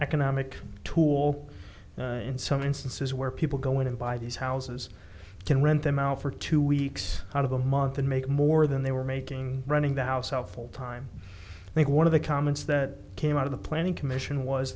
economic tool in some instances where people go in and buy these houses can rent them out for two weeks out of a month and make more than they were making running the house out full time i think one of the comments that came out of the planning commission was